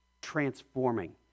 Transforming